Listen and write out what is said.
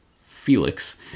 Felix